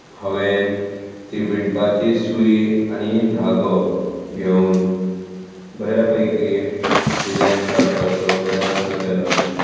हांवें ती विणपाची सूय आनी दागो घेवून बऱ्या पैकी डिजायन काडपाचो प्रयत्न केलो